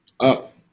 up